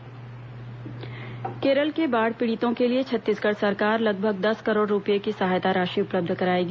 केरल बाढ़ पीड़ित सहायता केरल के बाढ़ पीड़ितों के लिए छत्तीसगढ़ सरकार लगभग दस करोड़ रूपये की सहायता राशि उपलब्ध कराएगी